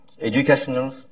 educational